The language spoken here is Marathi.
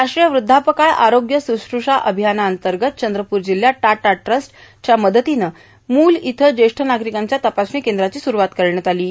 राष्ट्रीय वृध्दापकाळ आरोग्य शुश्र्षा र्आभयानातंगत चंद्रपूर जिल्हयात टाटा ट्रस्टस् च्या मदतीने मुल इथं ज्येष्ठ नार्गारकांच्या तपासणी कद्राची सुरुवात करण्यात आलों